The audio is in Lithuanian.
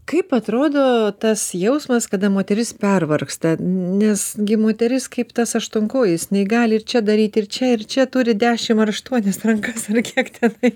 kaip atrodo tas jausmas kada moteris pervargsta nes gi moteris kaip tas aštuonkojis nei gali ir čia daryti ir čia ir čia turi dešim ar aštuonias rankas ar kiek tenai